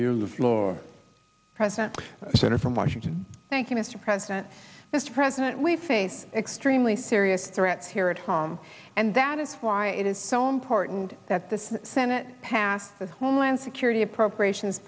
to the floor president center from washington thank you mr president mr president we face extremely serious threats here at home and that is why it is so important that the senate pass this homeland security appropriations